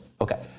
Okay